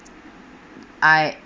I